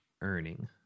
earning